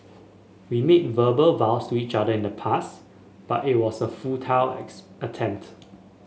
we made verbal vows to each other in the past but it was a futile attempt